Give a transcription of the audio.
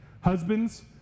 Husbands